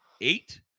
eight